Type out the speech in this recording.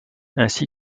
ainsi